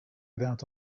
without